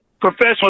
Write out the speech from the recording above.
professional